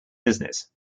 business